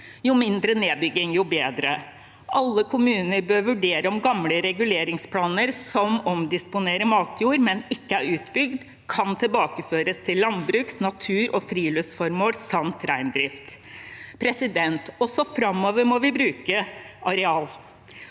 Jo mindre nedbygging, jo bedre. Alle kommuner bør vurdere om gamle reguleringsplaner som omdisponerer matjord, men ikke er utbygd, kan tilbakeføres til landbruks-, natur- og friluftsformål samt reindrift. Også framover må vi bruke natur.